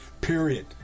period